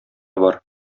бар